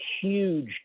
huge